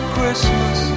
Christmas